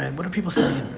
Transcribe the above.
and what are people sayin'?